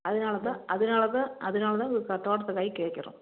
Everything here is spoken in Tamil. அதனால தான் அதனால தான் அதனால தான் உங்கள் க தோட்டத்து காய் கேட்கறோம்